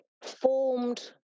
formed